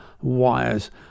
Wires